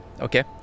okay